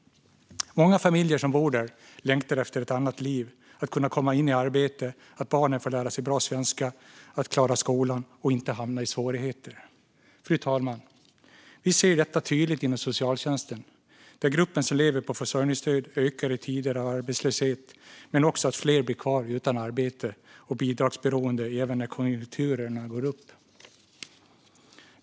Många familjer som bor där längtar efter ett annat liv - att kunna komma in i arbete och att barnen får lära sig bra svenska, klarar skolan och inte hamnar i svårigheter. Fru talman! Vi ser detta tydligt inom socialtjänsten, där gruppen som lever på försörjningsstöd ökar i tider av arbetslöshet. Men vi ser också att fler blir kvar i arbetslöshet och bidragsberoende även när konjunkturen går upp.